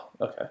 Okay